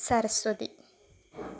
Saraswati